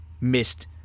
missed